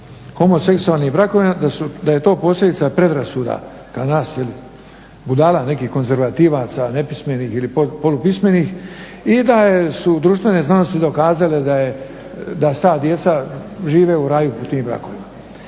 homoseksualnim brakovima, da je to posljedica predrasuda, kao nas je li, budala, nekih konzervativaca, nepismenih ili polupismenih i da su društvene znanosti dokazale da su ta djeca žive u raju u tim brakovima.